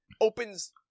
opens